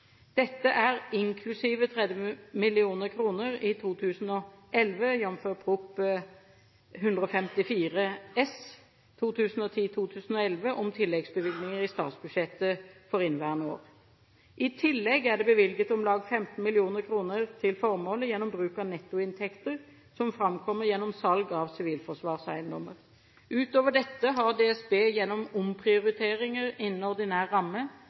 Dette er inklusive 30 mill. kr i 2011, jf. Prp. 154 S for 2010–2011 om tilleggsbevilgninger i statsbudsjettet for inneværende år. I tillegg er det bevilget om lag 15 mill. kr til formålet gjennom bruk av nettoinntekter som framkommer gjennom salg av sivilforsvarseiendommer. Utover dette har DSB gjennom omprioriteringer innen ordinær ramme